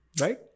right